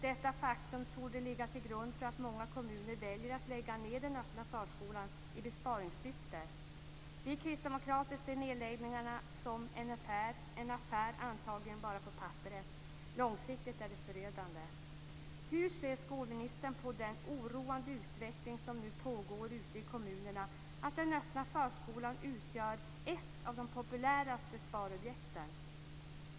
Detta faktum torde ligga till grund för att många kommuner väljer att lägga ned den öppna förskolan i besparingssyfte. Vi kristdemokrater ser nedläggningarna som en affär antagligen bara på papperet. Långsiktigt är det förödande. Hur ser skolministern på den oroande utveckling som nu pågår ute i kommunerna, där den öppna förskolan utgör ett av de populäraste sparobjekten?